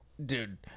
Dude